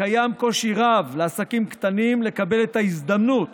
וקיים קושי רב לעסקים קטנים לקבל את ההזדמנות